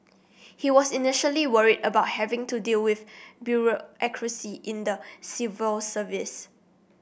he was initially worried about having to deal with bureaucracy in the civil service